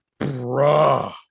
Bruh